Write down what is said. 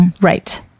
Right